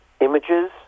images